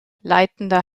leitender